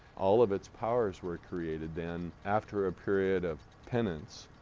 all of its powers were created then after a period of penance,